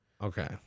Okay